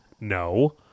No